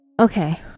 Okay